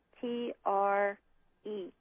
T-R-E